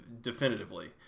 definitively